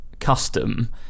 custom